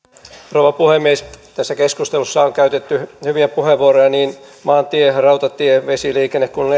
rouva puhemies tässä keskustelussa on käytetty hyviä puheenvuoroja niin maantie rautatie ja vesiliikenteestä kuin